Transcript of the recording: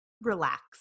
relax